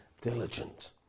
diligent